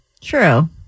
true